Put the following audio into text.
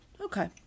Okay